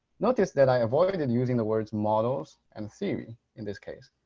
notice that i avoided using the words models and theory in this case